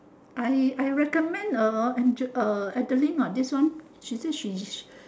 I I recommend uh Angel uh adeline what this one she say she she